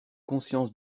conscience